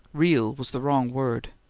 real was the wrong word.